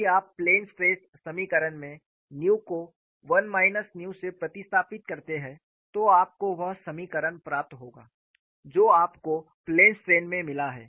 यदि आप plane stress समीकरण में न्यू को 1 माइनस न्यू से प्रतिस्तापित करते हैं तो आपको वह समीकरण प्राप्त होगा जो आपको प्लेन स्ट्रेन में मिला है